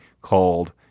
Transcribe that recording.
called